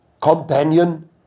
companion